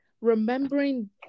remembering